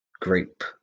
group